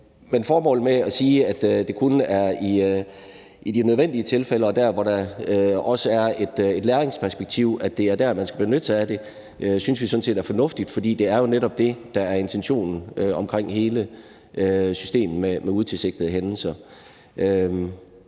Men formålet med at sige, at det kun er i nødvendige tilfælde og der, hvor der også er et læringsperspektiv, at man skal benytte sig af det, synes vi sådan set er fornuftigt, for det er jo netop det, der er intentionen med hele systemet omkring utilsigtede hændelser.